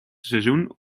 seizoen